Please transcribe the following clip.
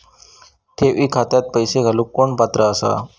ठेवी खात्यात पैसे घालूक कोण पात्र आसा?